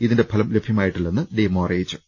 ഇതിന്റെ ഫലം ലഭൃമായിട്ടില്ലെന്നും ഡി എം ഒ അറിയിച്ചു